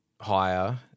higher